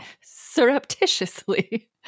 surreptitiously